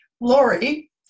Lori